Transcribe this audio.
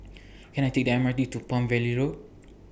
Can I Take The M R T to Palm Valley Road